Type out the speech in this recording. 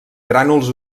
grànuls